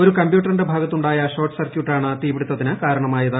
ഒരു കമ്പ്യൂട്ടറിന്റെ ഭാഗത്തുണ്ടായ ഷോർട്ട് സർക്യൂട്ടാണ് തീപിടിത്തതിന് കാർണമായത്